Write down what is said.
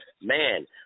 man